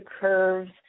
curves